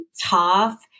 tough